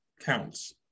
Counts